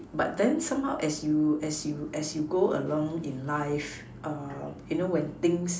but then somehow as you as you as you go along in life you know when things